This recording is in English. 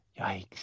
Yikes